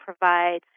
provide